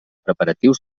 preparatius